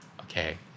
okay